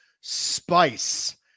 spice